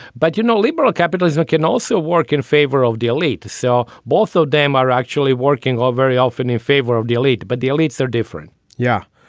but you know, liberal capitalism can also work in favour of the elite to sell both though damar actually working well very often in favour of the elite, but the elites are different yeah.